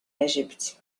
egypt